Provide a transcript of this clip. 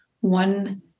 one